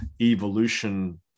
evolution